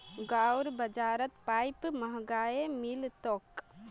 गांउर बाजारत पाईप महंगाये मिल तोक